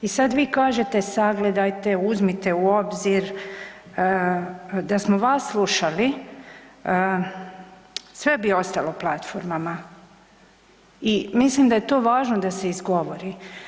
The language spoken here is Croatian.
I sad vi kažete sagledajte, uzmite u obzir, da smo vas slušali sve bi ostalo platformama i mislim da je to važno da se izgovori.